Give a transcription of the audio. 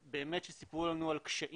באמת שסיפרו לנו על קשיים,